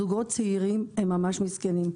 זוגות צעירים, הם ממש מסכנים.